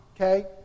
okay